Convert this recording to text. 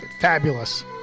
Fabulous